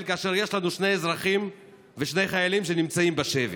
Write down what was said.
כאשר יש לנו שני אזרחים ושני חיילים שנמצאים בשבי.